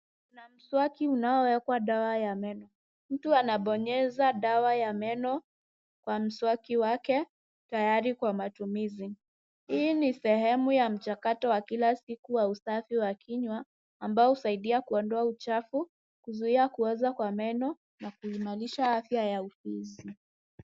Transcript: Kuna mswaki unaowekwa dawa ya meno. Mtu anabonyeza dawa ya meno kwa mswaki wake tayari kwa matumizi. Hii ni sehemu ya mchakato wa kila siku wa usafi wa kinywa ambao husaidia kuondoa uchafu, kuzuia kuoza kwa meno, na kuimarisha afya ya ufizi.